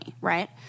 right